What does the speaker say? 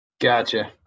Gotcha